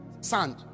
sand